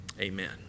amen